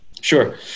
Sure